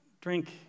drink